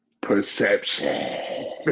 Perception